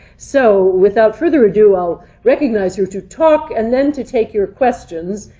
so without further ado, i'll recognize her to talk, and then to take your questions.